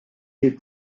des